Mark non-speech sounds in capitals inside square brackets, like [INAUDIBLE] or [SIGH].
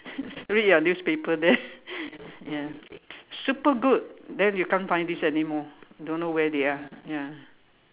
read your newspaper there [LAUGHS] ya super good then you can't find this anymore don't know where they are ya